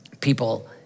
people